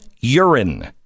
urine